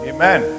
Amen